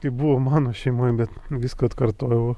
kaip buvo mano šeimoj bet viską atkartojau